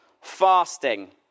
fasting